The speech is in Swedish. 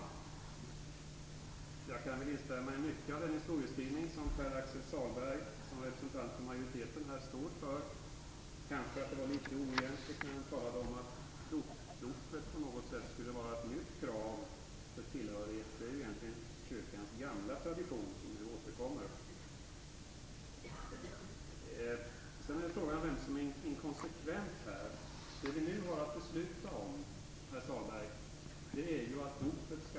Fru talman! Jag kan instämma i mycket av den historieskrivning som Pär-Axel Sahlberg står för som representant för majoriteten. Det kanske var litet oegentligt när han talade om att dopet på något sätt skulle vara ett nytt krav för tillhörighet. Det är egentligen kyrkans gamla tradition som nu återkommer. Sedan är det fråga om vem som är inkonsekvent. Det vi nu har att besluta om är att dopet skall vara medlemsgrundande.